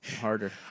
Harder